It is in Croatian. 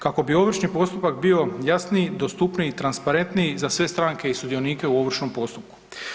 Kako bi ovršni postupak bio jasniji, dostupniji i transparentniji za sve stranke i sudionike u ovršnom postupku.